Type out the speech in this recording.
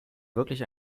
wirklich